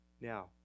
Now